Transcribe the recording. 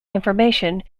information